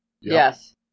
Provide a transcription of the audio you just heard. Yes